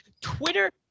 Twitter